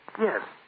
Yes